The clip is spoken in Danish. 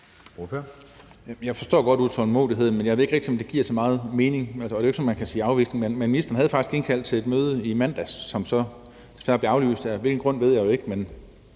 Jeg forstår godt utålmodigheden, men jeg ved ikke rigtigt, om det giver så meget mening. Ministeren havde faktisk indkaldt til et møde i mandags, som så desværre blev aflyst, uden jeg jo ved